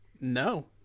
No